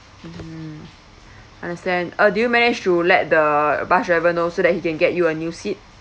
mm understand uh did you manage to let the bus driver know so that he can get you a new seat